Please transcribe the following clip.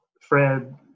fred